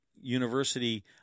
University